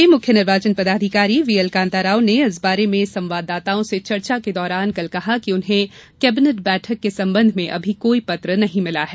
प्रदेश के मुख्य निर्वाचन पदाधिकारी वी एल कांताराव ने इस बारे में संवाददाताओं से चर्चा के दौरान कल कहा कि उन्हें कैबिनेट बैठक के संबंध में अभी कोई पत्र नहीं मिला है